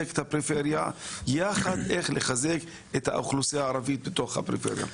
את הפריפריה יחד איך לחזק את האוכלוסייה הערבית בתוך הפריפריה.